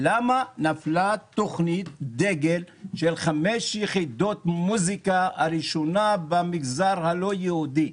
למה נפלה תכנית דגל של 5 יחידות מוזיקה שהיא הראשונה במגזר הלא יהודי?